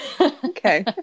Okay